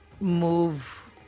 move